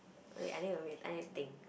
wait I need to read I need to think